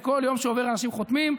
כי בכל יום שעובר אנשים חותמים,